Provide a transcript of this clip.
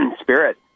spirit